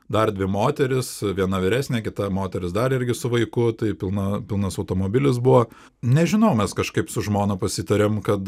dar dvi moterys viena vyresnė kita moteris dar irgi su vaiku tai pilna pilnas automobilis buvo nežinau mes kažkaip su žmona pasitarėm kad